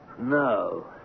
No